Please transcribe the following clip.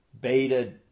beta